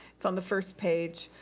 it's on the first page,